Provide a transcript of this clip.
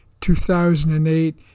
2008